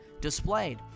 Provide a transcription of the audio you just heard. displayed